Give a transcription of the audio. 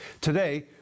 Today